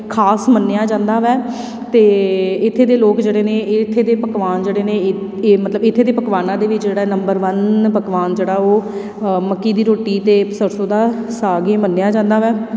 ਖਾਸ ਮੰਨਿਆ ਜਾਂਦਾ ਵੈ ਅਤੇ ਇੱਥੇ ਦੇ ਲੋਕ ਜਿਹੜੇ ਨੇ ਇਹ ਇੱਥੇ ਦੇ ਪਕਵਾਨ ਜਿਹੜੇ ਨੇ ਇਹ ਇਹ ਮਤਲਬ ਇੱਥੇ ਦੇ ਪਕਵਾਨਾਂ ਦੇ ਵਿੱਚ ਜਿਹੜਾ ਨੰਬਰ ਵਨ ਪਕਵਾਨ ਜਿਹੜਾ ਉਹ ਮੱਕੀ ਦੀ ਰੋਟੀ ਅਤੇ ਸਰਸੋਂ ਦਾ ਸਾਗ ਹੀ ਮੰਨਿਆ ਜਾਂਦਾ ਵੈ